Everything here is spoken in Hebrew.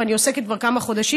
ואני עוסקת כבר כמה חודשים,